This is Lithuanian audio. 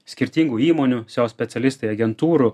skirtingų įmonių seo specialistai agentūrų